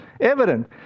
evident